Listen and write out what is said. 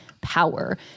power